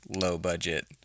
low-budget